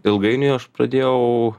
ilgainiui aš pradėjau